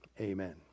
Amen